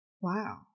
Wow